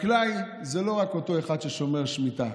חקלאי זה לא רק אחד ששומר שמיטה.